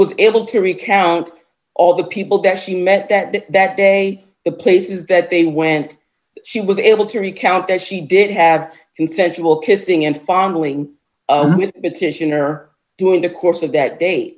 was able to recount all the people that she met that that day the places that they went she was able to recount that she did have consensual kissing and fondling it ition or during the course of that da